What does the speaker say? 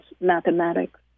mathematics